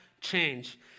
change